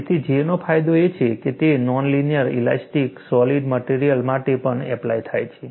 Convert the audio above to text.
તેથી J નો ફાયદો એ છે કે તે non linear elastic solid material માટે પણ એપ્લાય થાય છે